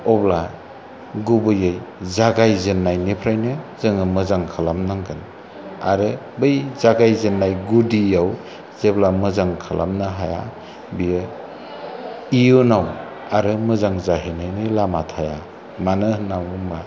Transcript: अब्ला गुबैयै जागाय जेननायनिफ्रायनो जोङो मोजां खालामनांगोन आरो बै जागायजेन्नाय गुदियाव जेब्ला मोजां खालामनो हाया बियो इयुनाव आरो मोजां जाहैनायनि लामा थाया मानो होन्ना बुङोबा